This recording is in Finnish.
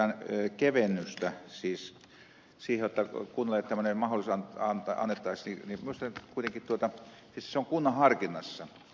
tässä kun esitetään kevennystä siihen jotta kunnille tämmöinen mahdollisuus annettaisiin niin kuitenkin se on kunnan harkinnassa